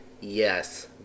Yes